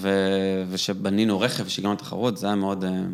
ושבנינו רכב של יום התחרות זה היה מאוד...